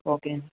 okay